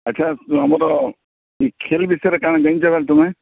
ଆଚ୍ଛା ଆମର ଇ ଖେଲ୍ ବିଷୟରେ କାଣା ଜାଣିଛ ବା ତୁମେ